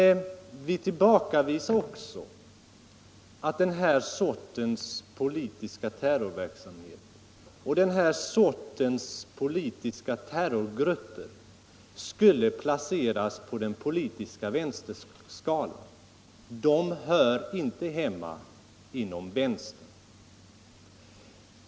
Vi vänder oss samtidigt emot att den här sortens terrorgrupper skulle placeras till vänster på den politiska skalan. De hör inte hemma inom vänstern.